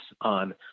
on